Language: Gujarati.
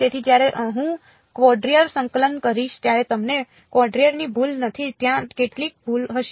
તેથી જ્યારે હું કવોદ્રેચર સંકલન કરીશ ત્યારે તમને કવોદ્રેચર ની ભૂલ નથી ત્યાં કેટલીક ભૂલ હશે